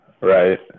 Right